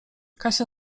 kasia